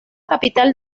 capital